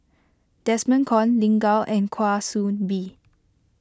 Desmond Kon Lin Gao and Kwa Soon Bee